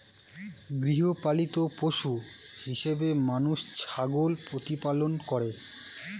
গৃহপালিত পশু হিসেবে মানুষ ছাগল প্রতিপালন করে